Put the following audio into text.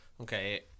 Okay